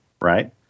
right